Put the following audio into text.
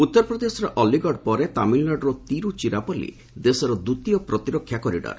ଉତ୍ତରପ୍ରଦେଶର ଅଲ୍ଲୀଗଡ଼ ପରେ ତାମିଲନାଡୁର ତିରୁଚିରାପଲି ଦେଶର ଦ୍ୱିତୀୟ ପ୍ରତିରକ୍ଷା କରିଡର